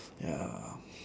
ya